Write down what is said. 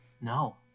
No